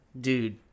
Dude